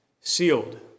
sealed